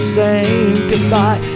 sanctify